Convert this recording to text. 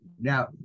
now